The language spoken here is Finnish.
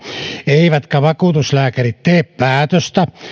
eivätkä vakuutuslääkärit tee päätöstä